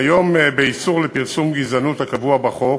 כיום, באיסור לפרסום גזענות הקבוע בחוק,